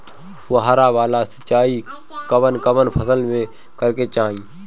फुहारा वाला सिंचाई कवन कवन फसल में करके चाही?